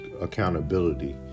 accountability